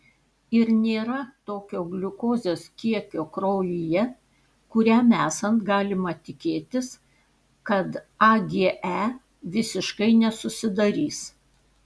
ir nėra tokio gliukozės kiekio kraujyje kuriam esant galima tikėtis kad age visiškai nesusidarys